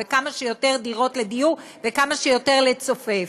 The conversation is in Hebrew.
וכמה שיותר דירות לדיור וכמה שיותר לצופף.